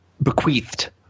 bequeathed